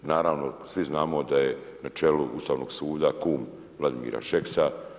Naravno, svi znamo da je na čelu Ustavnog suda kum Vladimira Šeksa.